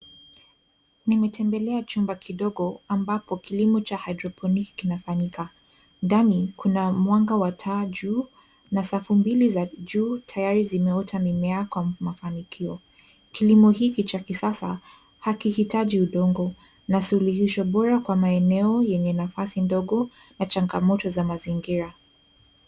Nimetembelea chumba kidogo ambapo kilimo cha haedroponiki kinafanyika. Ndani, kuna mwanga wa taa juu na safu mbili za juu tayari zimeota mimea kwa mafanikio. Kilimo hiki cha kisasa hakihitaji udongo na suluhisho bora kwa maeneo yenye nafasi ndogo na changamoto za mazingira.